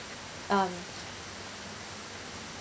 um